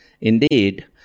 Indeed